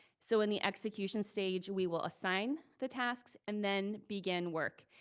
so in the execution stage we will assign the tasks and then begin work.